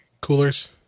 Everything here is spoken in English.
coolers